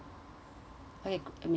okay miss grace